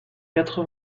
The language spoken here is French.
quatre